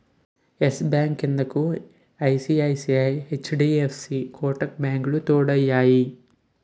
yes Bank క్రిందకు ICICI, HDFC Kotak బ్యాంకులు తోడయ్యాయి